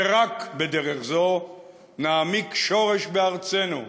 ורק בדרך זו, נעמיק שורש בארצנו,